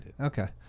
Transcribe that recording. Okay